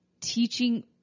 teaching